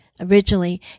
originally